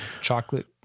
chocolate